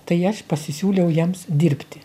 tai aš pasisiūliau jiems dirbti